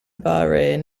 bahrain